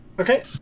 Okay